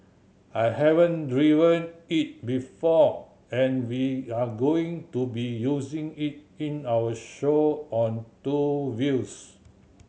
I haven't driven it before and we're going to be using it in our show on two wheels